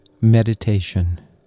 meditation